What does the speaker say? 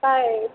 आहे